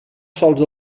sols